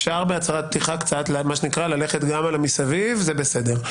אפשר בהצהרת פתיחה קצת ללכת גם מסביב, זה בסדר.